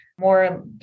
more